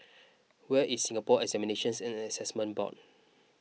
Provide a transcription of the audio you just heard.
where is Singapore Examinations and Assessment Board